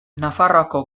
nafarroako